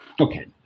Okay